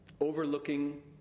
overlooking